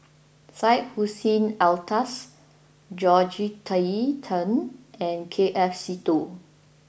Syed Hussein Alatas Georgette Chen and K F Seetoh